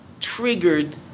triggered